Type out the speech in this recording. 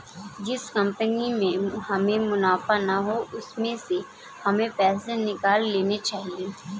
जिस कंपनी में हमें मुनाफा ना हो उसमें से हमें पैसे निकाल लेने चाहिए